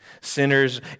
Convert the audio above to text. sinners